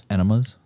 Enemas